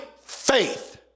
faith